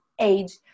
age